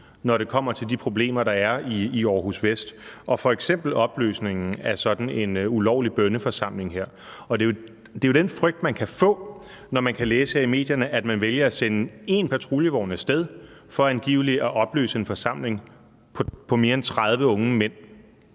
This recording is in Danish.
når det kommer til de problemer, der er i Aarhus Vest, f.eks. opløsning af sådan en ulovlig bønneforsamling her. Det er jo den frygt, man kan få, når man kan læse i medierne, at de vælger at sende én patruljevogn af sted for angiveligt at opløse en forsamling på mere end 30 unge mænd.